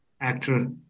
actor